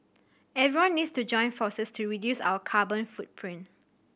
everyone needs to join forces to reduce our carbon footprint